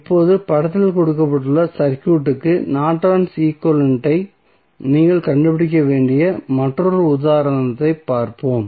இப்போது படத்தில் கொடுக்கப்பட்டுள்ள சர்க்யூட்க்கு நார்டன்ஸ் ஈக்வலன்ட் ஐ நீங்கள் கண்டுபிடிக்க வேண்டிய மற்றொரு உதாரணத்தைப் பார்ப்போம்